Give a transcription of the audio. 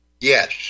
Yes